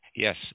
Yes